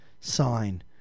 sign